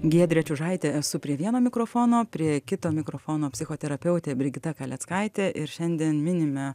giedrė čiužaitė esu prie vieno mikrofono prie kito mikrofono psichoterapeutė brigita kaleckaitė ir šiandien minime